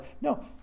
No